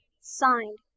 signed